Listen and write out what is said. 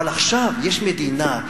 אבל עכשיו יש מדינה,